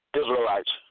Israelites